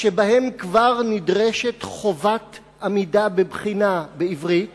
שבהם כבר נדרשת חובת עמידה בבחינה בעברית